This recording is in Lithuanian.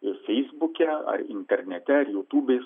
ir feisbuke ar internete ar jutūbės